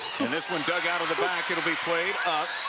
and this one dug out of the but and will be played